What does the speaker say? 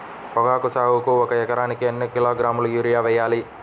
పొగాకు సాగుకు ఒక ఎకరానికి ఎన్ని కిలోగ్రాముల యూరియా వేయాలి?